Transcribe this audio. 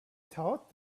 thought